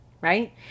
right